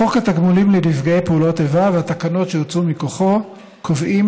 חוק התגמולים לנפגעי פעולות איבה והתקנות שהוצאו מכוחו קובעים